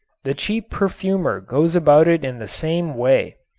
the cheap perfumer goes about it in the same way.